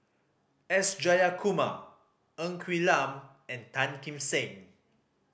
S Jayakumar Ng Quee Lam and Tan Kim Seng